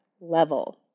level